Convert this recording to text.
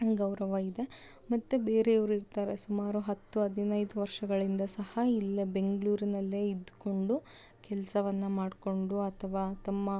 ಗೌರವ ಇದೆ ಮತ್ತೆ ಬೇರೆಯವರು ಇರ್ತಾರೆ ಸುಮಾರು ಹತ್ತು ಹದಿನೈದು ವರ್ಷಗಳಿಂದ ಸಹ ಇಲ್ಲೆ ಬೆಂಗಳೂರಿನಲ್ಲೇ ಇದ್ಕೊಂಡು ಕೆಲಸವನ್ನು ಮಾಡ್ಕೊಂಡು ಅಥವಾ ತಮ್ಮ